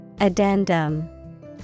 Addendum